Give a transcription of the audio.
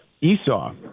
Esau